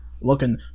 looking